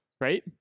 right